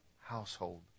household